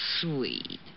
sweet